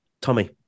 Tommy